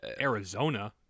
Arizona